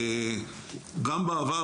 גם בעבר,